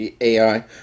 AI